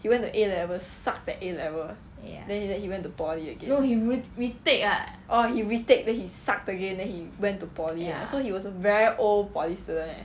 he went to A levels sucked at A level then he that he went to poly again orh he retake and he sucked again then he went to poly so he was a very old poly student eh